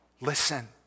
Listen